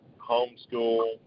homeschool